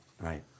Right